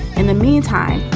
and the meantime,